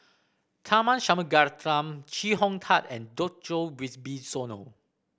Tharman Shanmugaratnam Chee Hong Tat and Djoko Wibisono